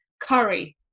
curry